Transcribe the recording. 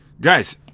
guys